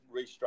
restructure